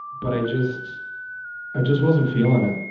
but i just i just wasn't feeling it.